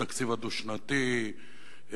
התקציב הדו-שנתי,